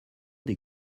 des